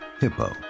Hippo